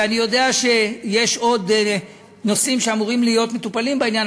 ואני יודע שיש עוד נושאים שאמורים להיות מטופלים בעניין,